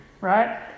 right